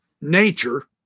nature